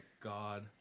god